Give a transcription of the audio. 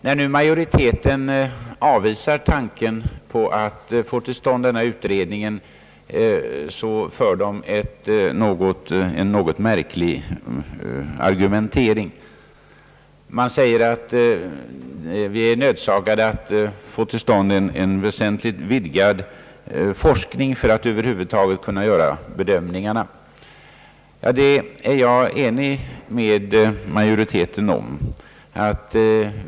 När nu majoriteten avvisar tanken på att få till stånd denna utredning, så anför den en något märklig argumentering. Den säger, att vi är nödsakade att få till stånd en väsentligt vidgad forskning för att över huvud taget kunna göra bedömningarna. Det är jag enig med majoriteten om.